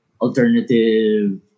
alternative